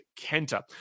Kenta